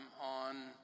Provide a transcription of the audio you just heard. on